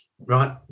right